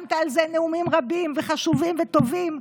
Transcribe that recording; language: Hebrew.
ונאמת על זה נאומים רבים וחשובים וטובים,